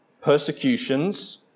persecutions